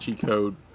code